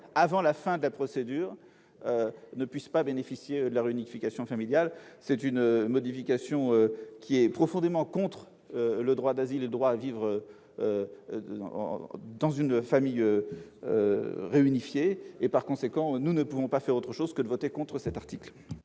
avant la fin de la procédure ne puissent pas bénéficier de la réunification familiale. Une telle modification va à l'encontre du droit d'asile et du droit à vivre dans une famille réunifiée. Par conséquent, nous ne pouvons faire autrement que de voter contre l'article